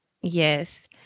Yes